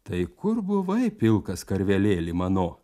tai kur buvai pilkas karvelėli mano